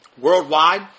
Worldwide